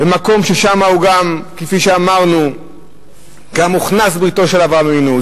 במקום ששם הוא גם כפי שאמרנו הוכנס בבריתו של אברהם אבינו,